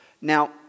Now